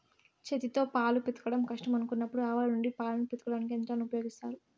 చేతితో పాలు పితకడం కష్టం అనుకున్నప్పుడు ఆవుల నుండి పాలను పితకడానికి యంత్రాలను ఉపయోగిత్తారు